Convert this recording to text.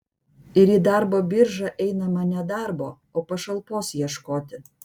ir į darbo biržą einama ne darbo o pašalpos ieškoti